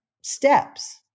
steps